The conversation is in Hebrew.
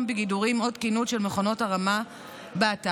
בגידורים או תקינות של מכונות הרמה באתר.